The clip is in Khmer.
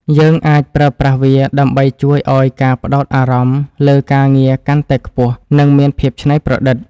យើងអាចប្រើប្រាស់វាដើម្បីជួយឱ្យការផ្តោតអារម្មណ៍លើការងារកាន់តែខ្ពស់ និង មានភាពច្នៃប្រឌិត។